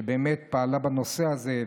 שפעלה בנושא הזה,